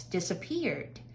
Disappeared